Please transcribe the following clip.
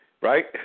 right